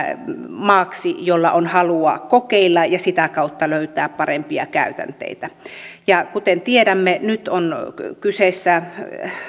maaksi jolla on halua kokeilla ja ja sitä kautta löytää parempia käytänteitä ja kuten tiedämme nyt on kyseessä